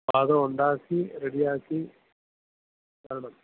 അത് ഉണ്ടാക്കി റെഡിയാക്കി വരണം